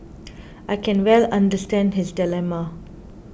I can well understand his dilemma